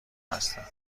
هستند